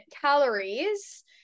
calories